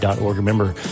Remember